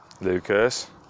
Lucas